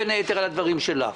בין היתר על הדברים שלך.